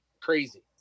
crazy